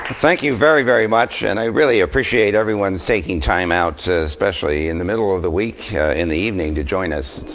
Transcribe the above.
thank you very, very much. and i really appreciate everyone's taking time out, especially in the middle of the week, in the evening, to join us.